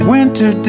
Winter